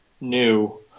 new